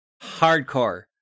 hardcore